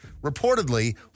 reportedly